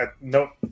No